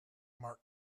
mark